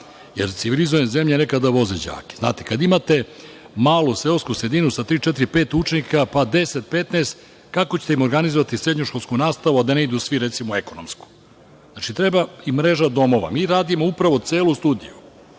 jer civilizovane zemlje nekada voze đake. Kada imate malu seosku sredinu, sa tri, četiri, pet učenika, pa 10, 15, kako ćete im organizovati srednjoškolsku nastavu, a da ne idu svi, recimo, u ekonomsku školu? Treba i mreža domova. Mi radimo upravo celu studiju